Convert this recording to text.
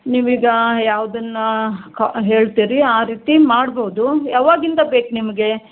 ನೀವು ಈಗ ಯಾವುದನ್ನ ಕ ಹೇಳ್ತೀರಿ ಆ ರೀತಿ ಮಾಡ್ಬೋದು ಯಾವಾಗಿಂದ ಬೇಕು ನಿಮಗೆ